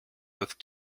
with